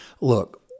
Look